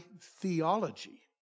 theology